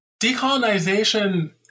decolonization